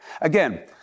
again